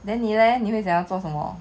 then 你 leh 你会想要做什么